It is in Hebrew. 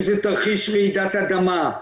אם זה תרחיש רעידת אדמה,